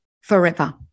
Forever